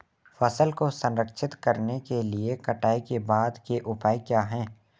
फसल को संरक्षित करने के लिए कटाई के बाद के उपाय क्या हैं?